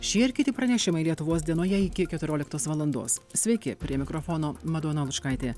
šie ir kiti pranešimai lietuvos dienoje iki keturioliktos valandos sveiki prie mikrofono madona lučkaitė